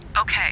Okay